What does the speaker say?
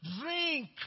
Drink